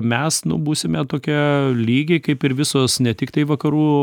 mes nu būsime tokia lygiai kaip ir visos ne tiktai vakarų